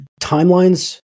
timelines